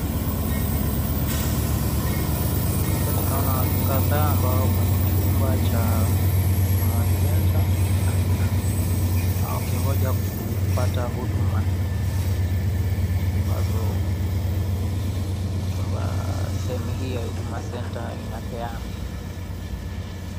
Hapa tunaona watu kadhaa ambao wako kwenye chumba cha Huduma(cs) Center(cs) , wakingoja kupata huduma ambazo chumba sehemu hii ya Huduma inapeana.